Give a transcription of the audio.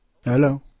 Hello